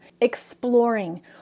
exploring